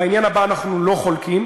בעניין הבא אנחנו לא חולקים,